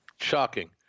Shocking